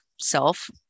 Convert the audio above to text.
self